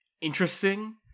interesting